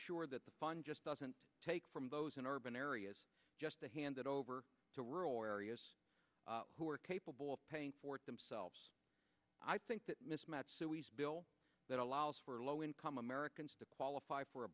sure that the fund just doesn't take from those in urban areas just to hand it over to rural areas who are capable of paying for it themselves i think that mismatch suis bill that allows for low income americans to qualify for a